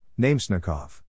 Namesnikov